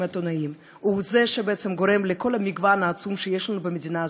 העיתונאיים והוא שבעצם גורם לכל המגוון העצום שיש לנו במדינה הזאת,